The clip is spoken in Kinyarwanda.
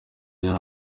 yari